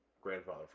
grandfather